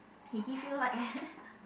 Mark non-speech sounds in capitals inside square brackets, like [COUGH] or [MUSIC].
he give you like [LAUGHS]